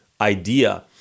idea